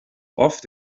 oft